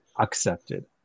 accepted